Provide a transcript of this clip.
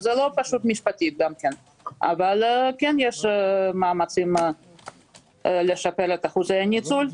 זה לא פשוט משפטית אבל יש מאמצים לשפר את אחוזי הניצול.